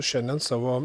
šiandien savo